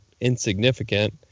insignificant